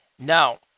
now